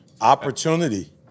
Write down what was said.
opportunity